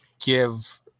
give